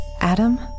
Adam